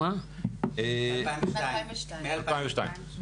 מ-2002.